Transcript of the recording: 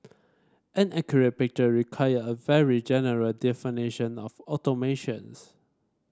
an accurate picture require a very general definition of automations